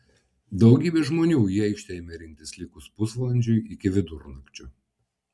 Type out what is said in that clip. daugybė žmonių į aikštę ėmė rinktis likus pusvalandžiui iki vidurnakčio